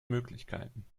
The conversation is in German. möglichkeiten